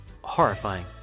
horrifying